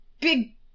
big